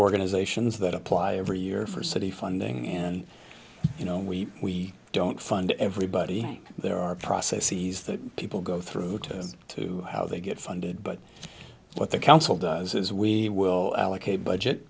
organizations that apply every year for city funding and you know we don't fund everybody there are processes that people go through to to how they get funded but what the council does is we will our kate budget